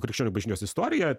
krikščionių bažnyčios istoriją